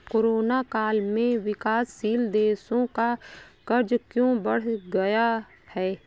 Corona काल में विकासशील देशों का कर्ज क्यों बढ़ गया है?